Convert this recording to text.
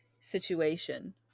situation